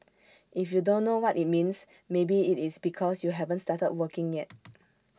if you don't know what IT means maybe IT is because you haven't started working yet